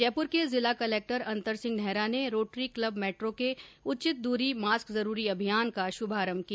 जयपुर के जिला कलक्टर अन्तर सिंह नेहरा ने रोटरी क्लब मेट्रो के उचित दूरी मास्क जरूरी अभियान का शुभारम्भ किया